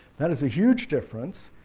that is a huge difference.